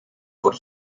por